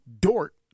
Dort